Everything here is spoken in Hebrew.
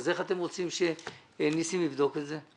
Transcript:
איך אתם רוצים שניסים יבדוק את זה?